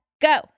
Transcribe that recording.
go